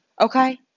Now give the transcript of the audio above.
Okay